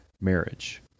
marriage